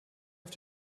auf